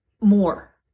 more